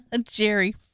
Jerry